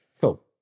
Cool